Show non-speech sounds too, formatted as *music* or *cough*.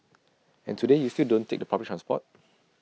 *noise* and today you still don't take public transport *noise*